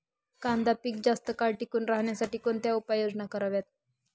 कांदा पीक जास्त काळ टिकून राहण्यासाठी कोणत्या उपाययोजना कराव्यात?